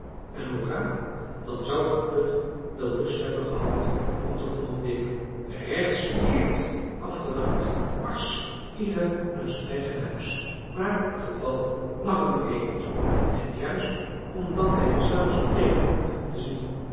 hoera dan zou van putten wel lust hebben gehad om te commandeeren rechtsomkeert afgedankt marsch ieder naar zijn eigen huis maar het geval lag er nu eenmaal toe en juist omdat hij er zelf zoo tegenop begon te zien